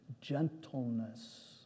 gentleness